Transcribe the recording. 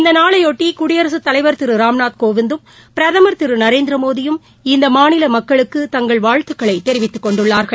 இந்த நாளையொட்டி குடியரசுத்தலைவர் திரு ராம்நாத் கோவிந்தும் பிரதமர் திரு நரேந்திரமோடியும் இந்த மாநில மக்களுக்கு தங்கள் வாழ்த்துக்களை தெரிவித்துக்கொண்டுள்ளார்கள்